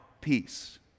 peace